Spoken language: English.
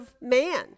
man